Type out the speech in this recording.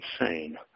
Insane